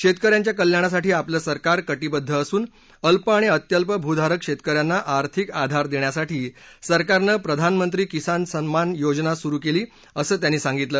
शेतक यांच्या कल्याणासाठी आपलं सरकार कटिबद्ध असून अल्प आणि अत्यल्प भूधारक शेतक यांना आर्थिक आधार देण्यासाठी सरकारनं प्रधानमंत्री किसान सम्मान योजना सुरू केली असं त्यांनी सांगितलं